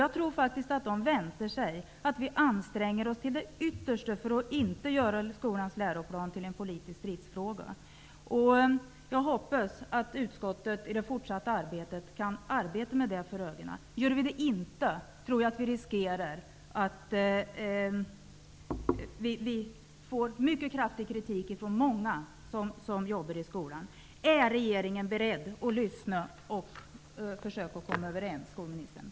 Jag tror faktiskt att de förväntar sig att vi till det yttersta anstränger oss för att inte göra skolans läroplan till en politisk stridsfråga. Jag hoppas att vi i utskottet i det fortsatta arbetet kan arbeta med detta för ögonen. Om vi inte gör det kan vi riskera att få mycket kraftig kritik från många som jobbar i skolan. Är regeringen beredd att lyssna och försöka komma överens med oss, skolministern?